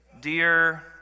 dear